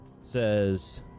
says